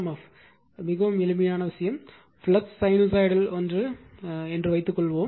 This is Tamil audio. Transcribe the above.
எஃப் மிகவும் எளிமையான விஷயம் ஃப்ளக்ஸ் சைனூசாய்டல் ஒன்று என்று வைத்துக்கொள்வோம்